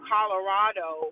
Colorado